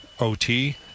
OT